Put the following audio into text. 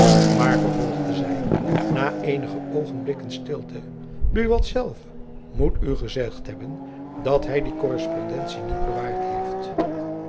maar vervolgde zy na eenige oogenblikken stilte buat zelf moet u gezegd hebben dat hy die korrespondentie niet bewaard heeft